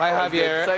javier.